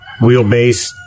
wheelbase